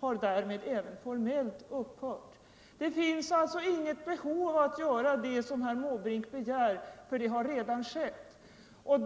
har därmed även formellt upphört. Onsdagen den Det finns alltså inget behov av att göra det som herr Måbrink begär, 27 november 1974 ty det är redan gjort.